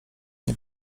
nie